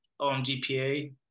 omgpa